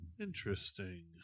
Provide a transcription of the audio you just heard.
Interesting